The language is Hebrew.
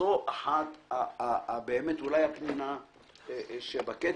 זו הפנינה שבכתר,